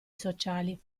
sociali